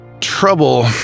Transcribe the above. trouble